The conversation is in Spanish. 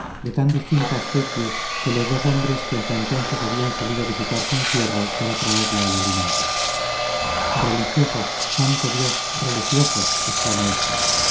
de tan distinta especie que los dos hombres que hasta entonces habían solido visitar su encierro para traerla el alimento religiosos santo dios religiosos exclamó ésta